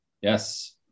Yes